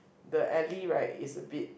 the alley right is a bit